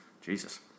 jesus